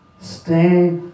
stay